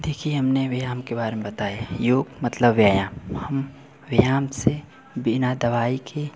देखिए हमने व्यायाम के बारे में बताया योग मतलब व्यायाम हम व्यायाम से बिना दवाई के